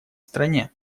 стране